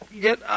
get